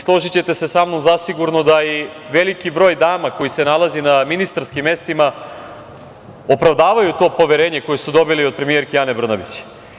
Složićete se sa mnom zasigurno da i veliki broj dama koji se nalazi na ministarskim mestima opravdavaju to poverenje koje su dobili od premijerke Ane Brnabić.